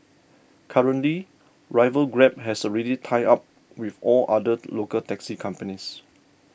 currently rival Grab has already tied up with all other local taxi companies